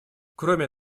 кроме